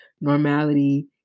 Normality